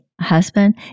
husband